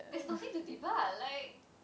there's nothing to debug like